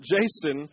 Jason